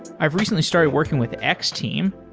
i've recently started working with x-team.